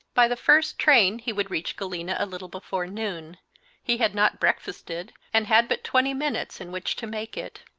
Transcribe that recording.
by the first train he would reach galena a little before noon he had not breakfasted, and had but twenty minutes in which to make it.